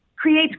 creates